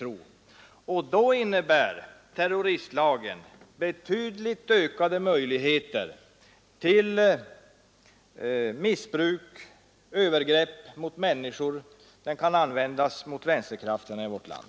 Och då innebär terroristlagen väsentligt ökade möjligheter till missbruk, övergrepp mot människor — den kan användas mot vänsterkrafterna i vårt land.